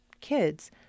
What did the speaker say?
kids